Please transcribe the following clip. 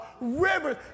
rivers